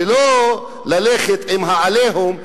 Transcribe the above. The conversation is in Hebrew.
ולא ללכת עם ה"עליהום",